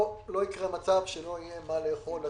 לא יקרה מצב שלציבור לא יהיה מה לאכול.